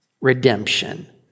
redemption